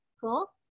cool